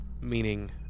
Meaning